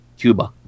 cuba